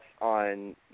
on